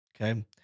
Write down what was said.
Okay